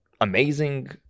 amazing